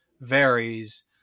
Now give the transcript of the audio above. varies